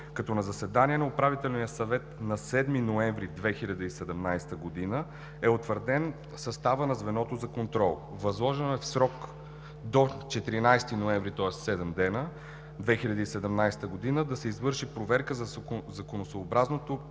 като на заседание на Управителния съвет от 7 ноември 2017 г. е утвърден съставът на звеното за контрол. Възложено е в срок до 14 ноември 2017 г., тоест седем дни, да се извърши проверка за законосъобразното